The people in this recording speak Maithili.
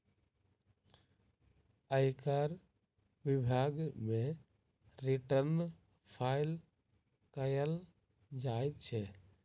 आयकर विभाग मे रिटर्न फाइल कयल जाइत छै